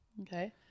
okay